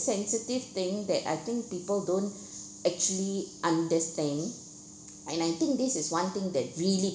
sensitive thing that I think people don't actually understand and I think this is one thing that really